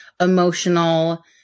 emotional